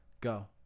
go